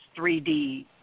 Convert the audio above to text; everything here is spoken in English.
3D